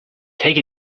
take